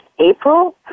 April